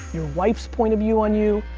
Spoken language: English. your wife's point of view on you,